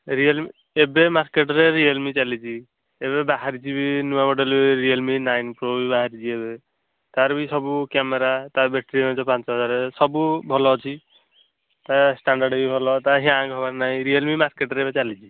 real ମି ଏବେ market ରେ ରିଅଲ ମି ଚାଲିଛି ଏବେ ବାହାରିଛି ବି ନୂଆ model Realme nine pro ବି ବାହାରିଛି ଏବେ ତାର ବି ସବୁ କ୍ୟାମେରା ତାର ବେଟ୍ରି ପାଞ୍ଚହଜାର ସବୁ ଭଲ ଅଛି ତା ଷ୍ଟାଣ୍ଡାଡ଼ ବି ଭଲ ତା ହ୍ୟାଙ୍ଗ ହେବାର ନାଇଁ ରିଅଲ ମି ମାର୍କେଟ ରେ ଏବେ ଚାଲିଛି